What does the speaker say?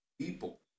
people